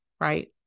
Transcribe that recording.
right